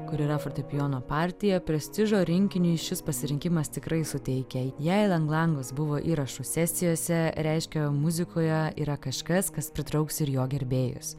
kur yra fortepijono partija prestižo rinkiniui šis pasirinkimas tikrai suteikia jei lang langas buvo įrašų sesijose reiškia muzikoje yra kažkas kas pritrauks ir jo gerbėjus